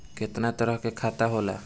केतना तरह के खाता होला?